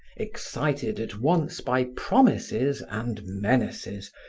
excited at once by promises and menaces,